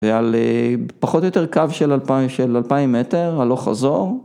פחות או יותר קו של אלפיים מטר, הלוך חזור.